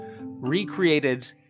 recreated